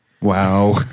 Wow